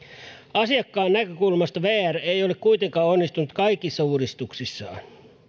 asiakkaan näkökulmasta vr ei ole kuitenkaan onnistunut kaikissa uudistuksissaan